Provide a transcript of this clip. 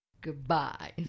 Goodbye